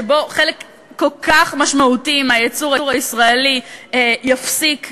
שבו חלק כל כך משמעותי מהייצור הישראלי ייפסק,